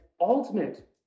ultimate